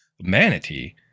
Manatee